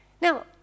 Now